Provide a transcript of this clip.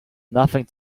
nothing